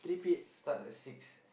start at six